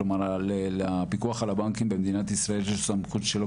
כלומר לפיקוח על הבנקים במדינת ישראל שיש לו סמכות שלא